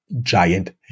giant